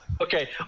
Okay